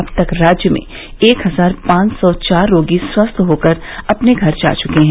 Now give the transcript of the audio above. अब तक राज्य में एक हजार पांच सौ चार रोगी स्वस्थ होकर अपने घर जा चुके हैं